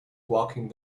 walking